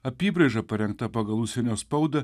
apybraiža parengta pagal užsienio spaudą